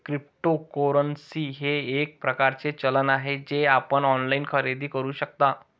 cryptocurrency हे एक प्रकारचे चलन आहे जे आपण ऑनलाइन खरेदी करू शकता